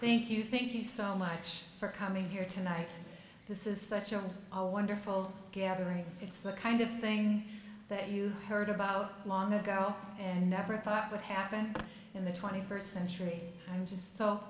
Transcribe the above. thank you thank you so much for coming here tonight this is such a a wonderful gathering it's the kind of thing that you heard about long ago and never thought would happen in the twenty first century i'm just so